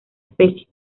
especie